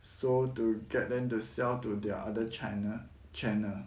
so to get them to sell to their other channel channel